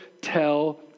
tell